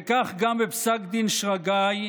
וכך גם בפסק דין שרגאי,